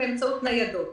באמצעות ניידות.